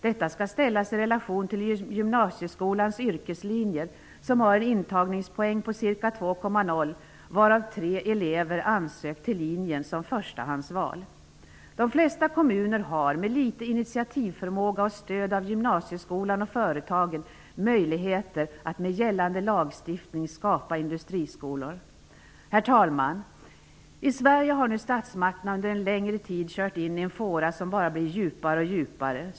Detta skall ställas i relation till gymnasieskolans yrkeslinjer, som har en intagningspoäng på ca 2,0, varav tre elever ansökt till linjen som förstahandsval. De flesta kommuner har, med litet iniativförmåga och med stöd av gymnasieskolan och företagen, möjligheter att med gällande lagstiftning skapa industriskolor. Herr talman! I Sverige har nu statsmakterna under en längre tid kört in i en fåra som bara blir djupare och djupare.